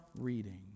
reading